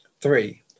Three